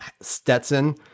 Stetson